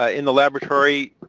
ah in the laboratory,